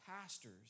pastors